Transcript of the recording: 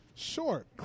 Short